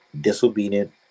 disobedient